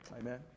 Amen